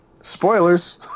Spoilers